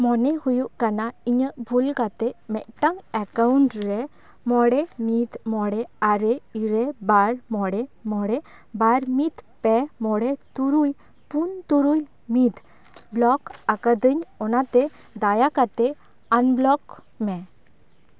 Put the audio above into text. ᱢᱚᱱᱮ ᱦᱩᱭᱩᱜ ᱠᱟᱱᱟ ᱤᱧᱟᱹᱜ ᱵᱷᱩᱞᱠᱟᱛᱮ ᱢᱤᱫᱴᱟᱝ ᱮᱠᱟᱣᱩᱱᱴ ᱨᱮ ᱢᱚᱬᱮ ᱢᱤᱫ ᱢᱚᱬᱮ ᱟᱨᱮ ᱤᱨᱟᱹᱞ ᱵᱟᱨ ᱢᱚᱬᱮ ᱢᱚᱬᱮ ᱵᱟᱨ ᱢᱤᱫ ᱯᱮ ᱢᱚᱬᱮ ᱛᱩᱨᱩᱭ ᱯᱩᱱ ᱛᱩᱨᱩᱭ ᱢᱤᱫ ᱵᱞᱚᱠ ᱟᱠᱟᱫᱟᱹᱧ ᱚᱱᱟᱛᱮ ᱫᱟᱭᱟᱠᱟᱛᱮ ᱟᱱ ᱵᱞᱚᱠ ᱢᱮ